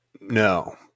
No